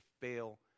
fail